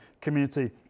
community